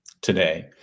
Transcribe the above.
today